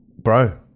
bro